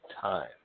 time